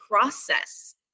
process